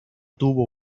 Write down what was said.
tuvo